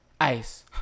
Ice